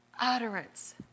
utterance